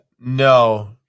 no